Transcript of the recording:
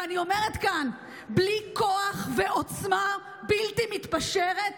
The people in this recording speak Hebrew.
ואני אומרת כאן: בלי כוח ועוצמה בלתי מתפשרת